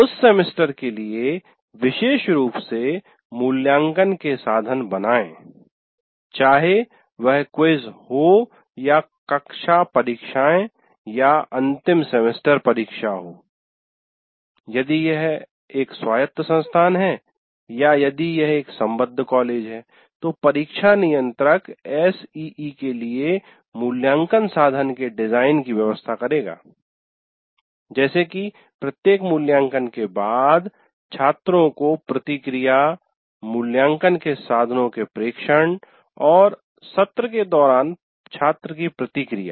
उस सेमेस्टर के लिए विशेष रूप से मूल्यांकन के साधन बनाएं चाहे वह क्विज़ हो या कक्षा परिक्षाए या अंतिम सेमेस्टर परीक्षा हो यदि यह एक स्वायत्त संस्थान है या यदि यह एक संबद्ध कॉलेज है तो परीक्षा नियंत्रक एसईई के लिए मूल्यांकन साधन के डिजाइन की व्यवस्था करेगा जैसे की प्रत्येक मूल्यांकन के बाद छात्रों को प्रतिक्रिया मूल्यांकन के साधनों के प्रेक्षण और सत्र के दौरान छात्र की प्रतिक्रिया